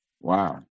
Wow